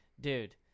dude